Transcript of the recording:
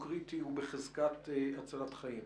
הוא קריטי והוא בחזקת הצלת חיים.